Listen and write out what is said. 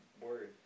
word